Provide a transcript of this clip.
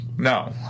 No